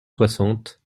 soixante